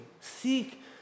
Seek